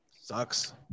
sucks